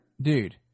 dude